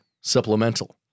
supplemental